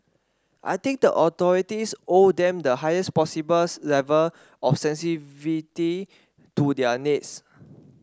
I think the authorities owe them the highest possible level of to their needs